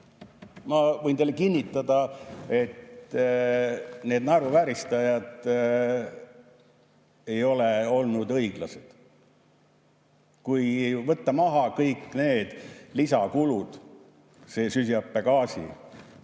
Ma võin teile kinnitada, et need naeruvääristajad ei olnud õiglased. Kui võtta maha kõik need lisakulud, süsihappegaasi